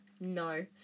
No